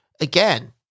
again